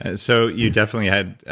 and so you definitely had,